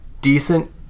decent